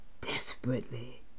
desperately